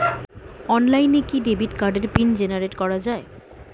অনলাইনে কি ডেবিট কার্ডের পিন জেনারেট করা যায়?